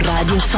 Radio